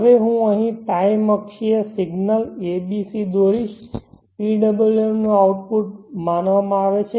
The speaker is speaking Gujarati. હવે હું અહીં ટાઇમ અક્ષીય સિગ્નલ્સ a b c દોરીશ PWM નું આઉટપુટ માનવામાં આવે છે